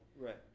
right